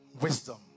Wisdom